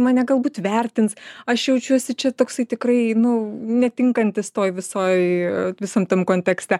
mane galbūt vertins aš jaučiuosi čia toksai tikrai nu netinkantis toj visoj visam tam kontekste